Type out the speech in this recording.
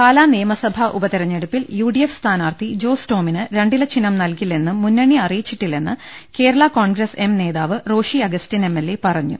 പാലാ നിയമസഭാ ഉപതെരഞ്ഞെടുപ്പിൽ U D F സ്ഥാനാർത്ഥി ജോസ് ടോമിന് രണ്ടില ചിഹ്നം നൽകില്ലെന്ന് മുന്നണി അറിയിച്ചിട്ടില്ലെന്ന് കേരള കോൺഗ്രസ് എം നേതാവ് Roshy Augustine M L A പറഞ്ഞു